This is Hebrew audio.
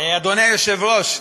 אדוני היושב-ראש,